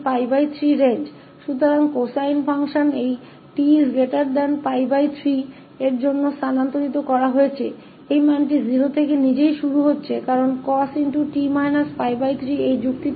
तो इस 𝑡 3 के लिए कोसाइन फ़ंक्शन को स्थानांतरित कर दिया गया है लेकिन मान बिल्कुल 0 से ही शुरू हो रहा है क्योंकि तर्क में cos𝑡 3 है